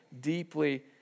deeply